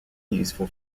useful